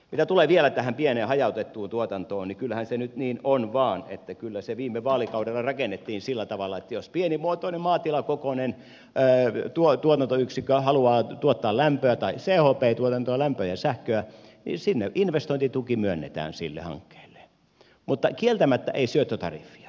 mitä tulee vielä tähän pieneen hajautettuun tuotantoon niin kyllähän se nyt niin vain on että kyllä se viime vaalikaudella rakennettiin sillä tavalla että jos pienimuotoinen maatilakokoinen tuotantoyksikkö haluaa tuottaa lämpöä tai chp tuotantoa lämpöä ja sähköä niin sinne investointituki myönnetään sille hankkeelle mutta kieltämättä ei syöttötariffia